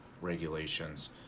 regulations